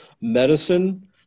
Medicine